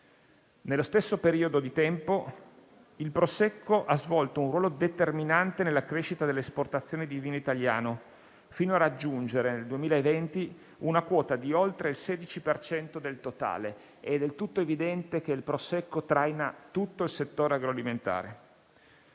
Nello stesso periodo di tempo il Prosecco ha svolto un ruolo determinante nella crescita delle esportazioni di vino italiano, fino a raggiungere nel 2020 una quota di oltre il 16 per cento del totale. È del tutto evidente che il prosecco traina tutto il settore agroalimentare.